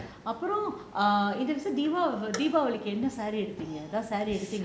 அப்புறம் இந்த வருஷம் என்ன எடுத்தீங்க எதாவது:appuram intha varusham enna edutheenga ethavathu